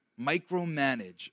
micromanage